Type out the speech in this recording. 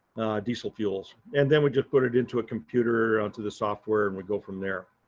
diesel fuels. and then we just put it into a computer onto the software and we'll go from there.